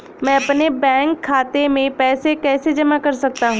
मैं अपने बैंक खाते में पैसे कैसे जमा कर सकता हूँ?